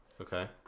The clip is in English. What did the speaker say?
Okay